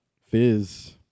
fizz